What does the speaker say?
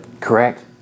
Correct